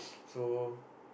so